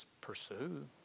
pursue